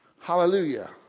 Hallelujah